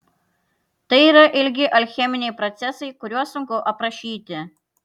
tai yra ilgi alcheminiai procesai kuriuos sunku aprašyti